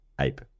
Ape